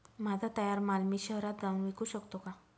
माझा तयार माल मी शहरात जाऊन विकू शकतो का?